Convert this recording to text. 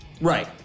Right